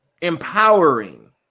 empowering